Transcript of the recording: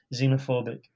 xenophobic